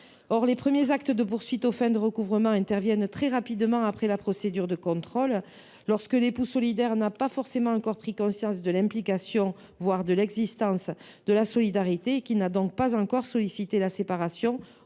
Or les premiers actes de poursuite aux fins de recouvrement interviennent très rapidement après la procédure de contrôle. Dans la pratique, lorsque l’époux solidaire n’a pas forcément encore pris conscience de l’implication, voire de l’existence de la solidarité et qu’il n’a donc pas encore sollicité la séparation